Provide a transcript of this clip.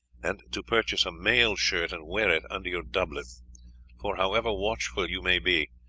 and to purchase a mail shirt and wear it under your doublet for, however watchful you may be,